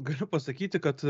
galiu pasakyti kad